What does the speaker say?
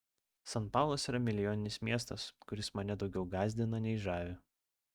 san paulas yra milijoninis miestas kuris mane daugiau gąsdina nei žavi